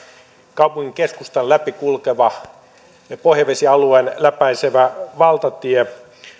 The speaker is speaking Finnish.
kaupungin keskustan läpi kulkeva pohjavesialueen läpäisevä valtatie